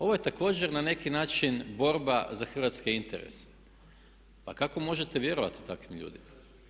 Ovo je također na neki način borba za Hrvatske interese, pa kako možete vjerovati takvim ljudima.